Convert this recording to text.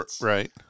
Right